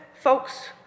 folks